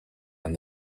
and